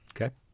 Okay